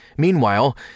Meanwhile